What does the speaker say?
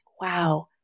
wow